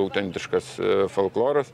autentiškas folkloras